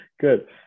good